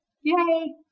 yay